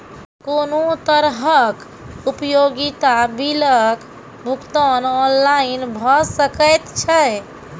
कुनू तरहक उपयोगिता बिलक भुगतान ऑनलाइन भऽ सकैत छै?